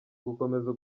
gukomeza